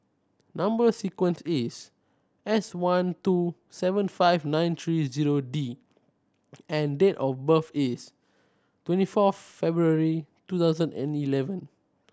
number sequence is S one two seven five nine three zero D and date of birth is twenty fourth February two thousand and eleven